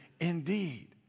indeed